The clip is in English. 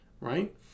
right